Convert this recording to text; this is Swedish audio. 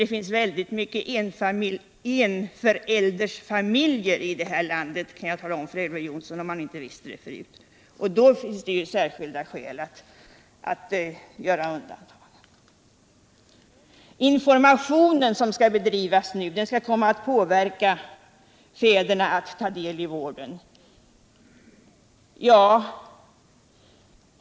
Det finns väldigt många enföräldersfamiljer här t landet, kan jag tala om för Elver Jonsson, om han inte visste det förut, och i fråga om dem finns det ju särskilda skäl att göra undantag. Den information som skall bedrivas skall påverka fiiderna att ta del i vården, anser Elver Jonsson.